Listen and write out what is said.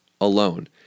Alone